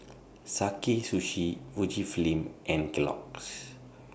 Sakae Sushi Fujifilm and Kellogg's